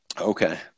Okay